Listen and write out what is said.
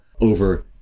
over